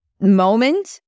moment